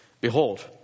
behold